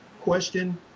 question